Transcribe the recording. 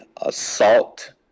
assault